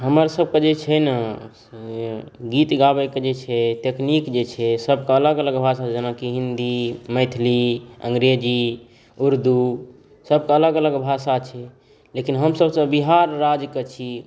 हमरसबके जे छै ने से गीत गाबैके जे छै टेकनीक जे छै सबके अलग अलग भाषा जेनाकि हिन्दी मैथिली अङ्गरेजी उर्दू सबके अलग अलग भाषा छै लेकिन हमसब तऽ बिहार राज्यके छी